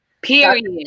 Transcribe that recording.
period